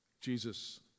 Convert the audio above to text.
Jesus